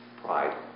Pride